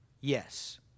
Yes